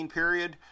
period